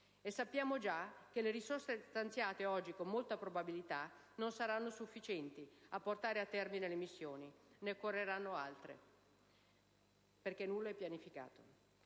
e sappiamo già che le risorse stanziate oggi con molta probabilità non saranno sufficienti a portare a termine le missioni e ne occorreranno altre, perché nulla è stato pianificato.